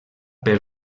per